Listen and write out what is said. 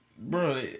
Bro